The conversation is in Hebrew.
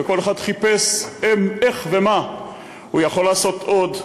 וכל אחד חיפש איך ומה הוא יכול לעשות עוד,